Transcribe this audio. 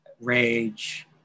rage